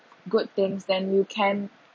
good things then you can